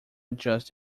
adjust